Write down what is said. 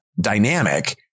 dynamic